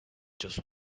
just